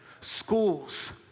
Schools